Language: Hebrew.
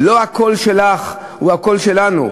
הקול שלך הוא לא הקול שלנו.